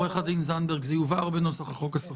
זה יובהר בנוסח החוק.